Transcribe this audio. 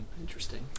Interesting